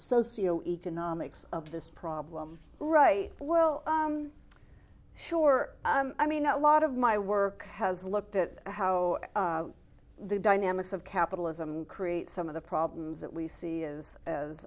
socio economics of this problem right well sure i mean a lot of my work has looked at how the dynamics of capitalism create some of the problems that we see is